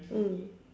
mm